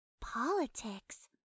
politics